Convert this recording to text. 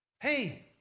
Hey